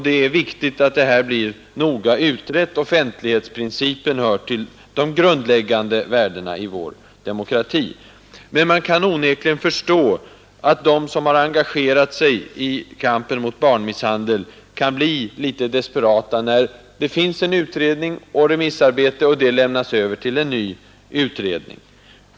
Det är viktigt att detta blir noga utrett. Offentlighetsprincipen hör ju till de grundläggande värdena i vår demokrati. Men man kan onekligen förstå att de som har engagerat sig i kampen mot barnmisshandel blir litet desperata. Det har ju gjorts en utredning, som varit ute på remiss. Nu har materialet lämnats över till en ny utredning.